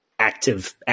active